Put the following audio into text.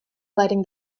lighting